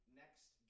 next